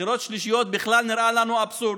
בחירות שלישיות, בכלל נראה לנו אבסורד.